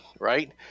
right